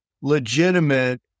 legitimate